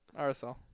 RSL